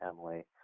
Emily